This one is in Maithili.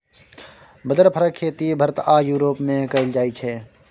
बदर फरक खेती भारत आ युरोप मे कएल जाइ छै